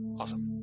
Awesome